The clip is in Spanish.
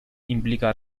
implica